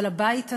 אבל הבית הזה,